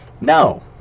No